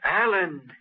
Alan